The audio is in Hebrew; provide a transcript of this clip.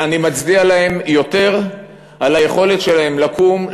אני מצדיע להם יותר על היכולת שלהם לקום,